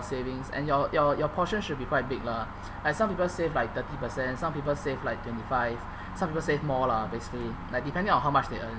savings and your your your portion should be quite big lah like some people save like thirty percent some people save like twenty five some people save more lah basically like depending on how much they earn